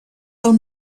del